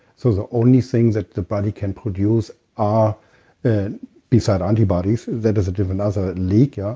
so, the only thing that the body can produce ah and beside antibodies that is if you have another leak, yeah